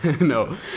No